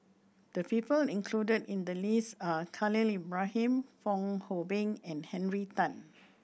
the people included in the list are Khalil Ibrahim Fong Hoe Beng and Henry Tan